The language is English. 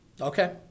Okay